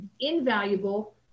invaluable